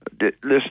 Listen